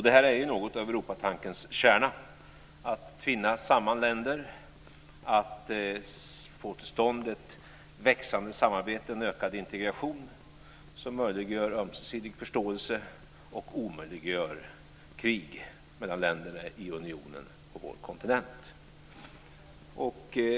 Detta är något av Europatankens kärna; att tvinna samman länder, att få till stånd ett växande samarbete och en ökad integration som möjliggör ömsesidig förståelse och omöjliggör krig mellan länderna i unionen på vår kontinent.